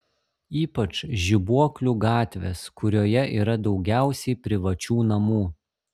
ypač žibuoklių gatvės kurioje yra daugiausiai privačių namų